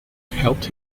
helped